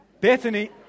Bethany